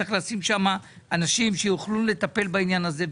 צריך לשים שם אנשים שיוכלו לטפל בעניין הזה.